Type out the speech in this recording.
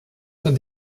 von